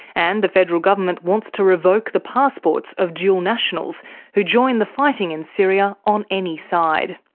and the federal government wants to revoke the passports of dual nationals who join the fighting in syria on any side.